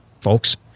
folks